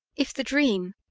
if the dream,